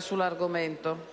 sull'argomento.